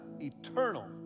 eternal